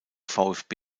vfb